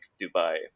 Dubai